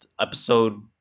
episode